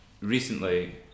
recently